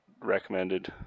recommended